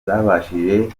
zabashije